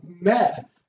meth